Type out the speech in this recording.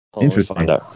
interesting